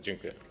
Dziękuję.